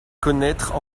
connaître